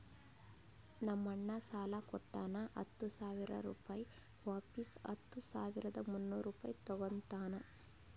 ನಮ್ ಅಣ್ಣಾ ಸಾಲಾ ಕೊಟ್ಟಾನ ಹತ್ತ ಸಾವಿರ ರುಪಾಯಿ ವಾಪಿಸ್ ಹತ್ತ ಸಾವಿರದ ಮುನ್ನೂರ್ ರುಪಾಯಿ ತಗೋತ್ತಾನ್